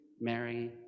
Mary